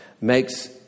makes